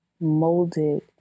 molded